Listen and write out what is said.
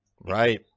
Right